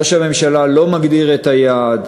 ראש הממשלה לא מגדיר את היעד.